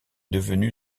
devenue